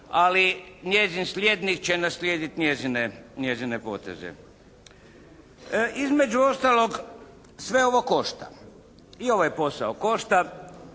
ali njezin slijednik će naslijediti njezine poteze. Između ostalog sve ovo košta. I ovaj posao košta.